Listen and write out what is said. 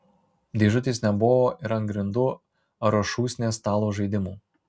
dėžutės nebuvo ir ant grindų ar už šūsnies stalo žaidimų